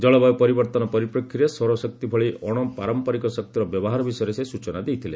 ଜଳବାୟୁ ପରିବର୍ତ୍ତନ ପରିପ୍ରେକ୍ଷୀରେ ସୌରଶକ୍ତି ଭଳି ଅଣପାରମ୍ପରିକ ଶକ୍ତିର ବ୍ୟବହାର ବିଷୟରେ ସେ ସୂଚନା ଦେଇଥିଲେ